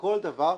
כל דבר,